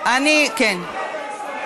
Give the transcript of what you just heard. כי אתם אף פעם לא עוברים על התקנון.